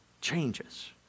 changes